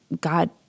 God